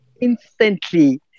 instantly